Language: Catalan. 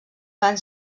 van